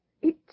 It